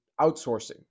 outsourcing